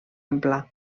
ampla